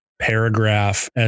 paragraph